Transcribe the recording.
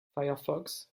firefox